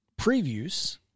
previews